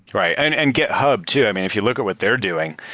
right, and github too. i mean, if you look at what they're doing,